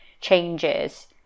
changes